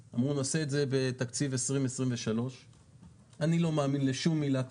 אמרו: נעשה את זה בתקציב 2023. אני לא מאמין בשום מילה כבר,